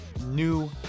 new